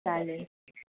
चालेल